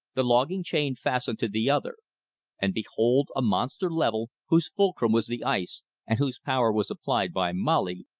the logging chain fastened to the other and, behold, a monster lever, whose fulcrum was the ice and whose power was applied by molly,